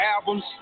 albums